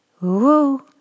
woo